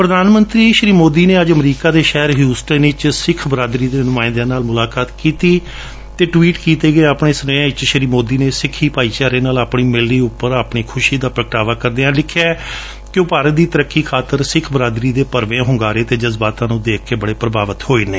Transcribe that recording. ਪ੍ਧਾਨਮੰਤਰੀ ਸ਼ੀ ਨਰੇਂਦਰ ਮੋਦੀ ਨੇ ਅੱਜ ਅਮਰੀਕਾ ਦੇ ਸ਼ਹਿਰ ਹਿਊਸਟਨ ਵਿੱਚ ਸਿੱਖ ਬਰਾਦਰੀ ਦੇ ਨੁਮਾਇੰਦਿਆਂ ਨਾਲ ਮੁਲਾਕਾਤ ਕੀਤੀ ਅਤੇ ਟਵੀਟ ਕੀਤੇ ਗਏ ਆਪਣੇ ਸੁਨੇਹਿਆਂ ਵਿੱਚ ਸ਼੍ਰੀ ਮੋਦੀ ਨੇ ਸਿੱਖੀ ਭਾਈਚਾਰੇ ਨਾਲ ਆਪਣੀ ਮਿਲਣੀ ਉਂਪਰ ਆਪਣੀ ਖੁਸ਼ੀ ਦਾ ਪ੍ਗਟਾਵਾ ਕਰਦਿਆਂ ਲਿਖਿਆ ਕਿ ਉਹ ਭਾਰਤ ਦੀ ਤਰੱਕੀ ਖਾਤਰ ਸਿੱਖ ਬਰਾਦਰੀ ਦੇ ਭਰਵੇਂ ਹੁੰਗਾਰੇ ਅਤੇ ਜਜਬਾਤਾਂ ਨੂੰ ਦੇਖ ਕੇ ਬੜੇ ਪ੍ਭਾਵਤ ਹੋਏ ਨੇ